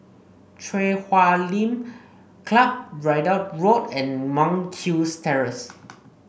Chui Huay Lim Club Ridout Road and Monk's Hill Terrace